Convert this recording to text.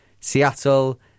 Seattle